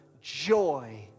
joy